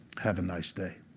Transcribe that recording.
have a nice day.